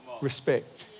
respect